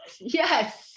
Yes